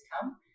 come